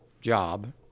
job